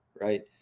right